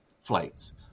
flights